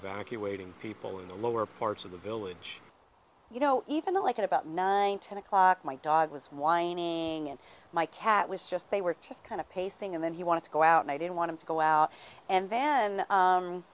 evacuating people in the lower parts of the village you know even the like about nine ten o'clock my dog was whining my cat was just they were just kind of pacing and then he wanted to go out and i didn't want to go out and then